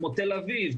כמו תל אביב,